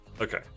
Okay